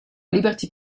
liberty